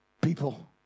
People